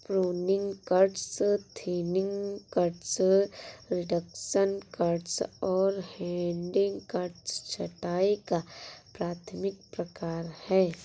pruning cuts, thinning cuts, reduction cuts और heading cuts छंटाई का प्राथमिक प्रकार हैं